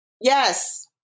yes